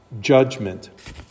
judgment